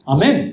Amen